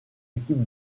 équipe